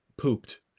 pooped